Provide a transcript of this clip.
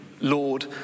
Lord